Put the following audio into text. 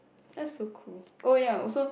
that's so cool oh ya also